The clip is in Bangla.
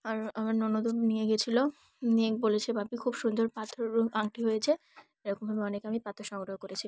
আর আমার ননদও নিয়ে গিয়েছিল নিয়ে বলেছে ভাবী খুব সুন্দর পাথর আংটি হয়েছে এরকমভাবে অনেক আমি পাথর সংগ্রহ করেছি